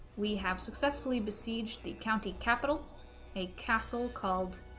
we have successfully besieged the county capital a castle called